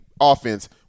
offense